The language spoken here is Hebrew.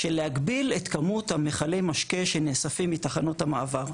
להגביל את כמות מכלי המשקה שנאספים מתחנות המעבר.